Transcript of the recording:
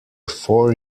four